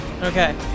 Okay